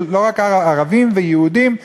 לא רק ערבים ויהודים,